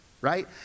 right